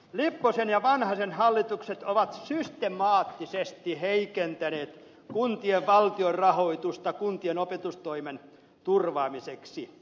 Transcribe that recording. lipposen ja vanhasen hallitukset ovat systemaattisesti heikentäneet kuntien valtionrahoitusta kuntien opetustoimen turvaamiseksi